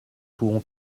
pouvons